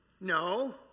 No